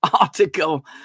article